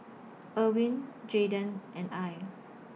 Ervin Jayden and Al